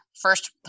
First